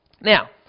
Now